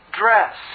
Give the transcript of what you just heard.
dress